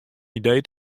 idee